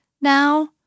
now